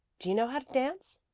do you know how to dance?